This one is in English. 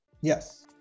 Yes